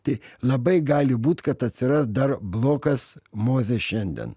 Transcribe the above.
tai labai gali būt kad atsiras dar blokas mozė šiandien